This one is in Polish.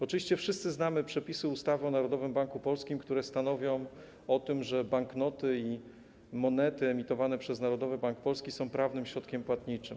Oczywiście wszyscy znamy przepisy ustawy o Narodowym Banku Polskim, które stanowią o tym, że banknoty i monety emitowane przez Narodowy Bank Polski są prawnym środkiem płatniczym.